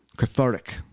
Cathartic